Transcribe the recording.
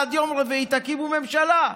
עד יום רביעי תקימו ממשלה.